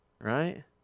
Right